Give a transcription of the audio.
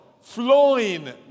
flowing